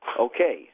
Okay